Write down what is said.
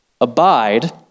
Abide